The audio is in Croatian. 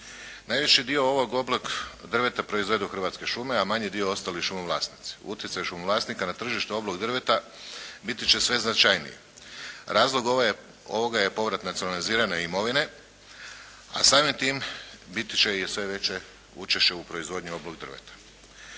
Najveći dio ovog oblog drveta proizvedu Hrvatske šume, a manji dio ostali šumovlasnici. Utjecaj šumovlasnika na tržištu oblog drveta biti će sve značajniji. Razlog ovoga je povrat nacionalizirane imovine, a samim tim biti će i sve veće učešće u proizvodnji oblog drveta.